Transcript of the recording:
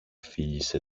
φίλησε